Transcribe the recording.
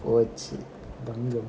போச்சு பங்கம்:pochu bangam